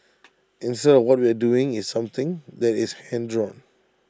instead what we are doing is something that is hand drawn